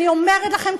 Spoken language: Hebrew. אני אומרת לכם,